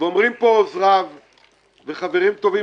והולכים להעלות את השפדן בנגב, בעוטף עזה.